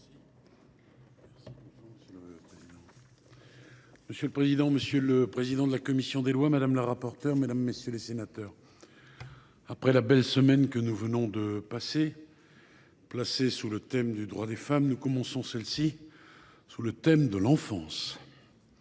Monsieur le président, monsieur le président de la commission des lois, madame la rapporteure, mesdames, messieurs les sénateurs, après la belle semaine que nous venons de passer, placée sous le thème des droits des femmes, nous commençons celle ci sous le thème de l’enfance.